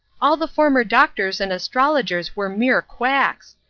all the former doctors and astrologers were mere quacks.